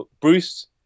Bruce